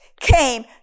came